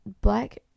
black